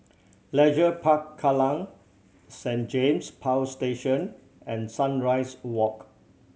Leisure Park Kallang Saint James Power Station and Sunrise Walk